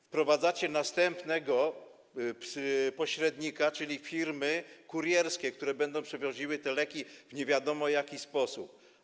Wprowadzacie następnego pośrednika, czyli firmy kurierskie, które będą przywoziły te leki w nie wiadomo jaki sposób.